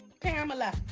Pamela